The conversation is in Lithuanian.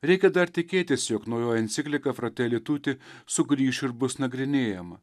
reikia dar tikėtis jog naujoji enciklika frateli tuti sugrįš ir bus nagrinėjama